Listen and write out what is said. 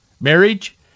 Marriage